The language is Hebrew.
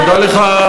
תודה לך.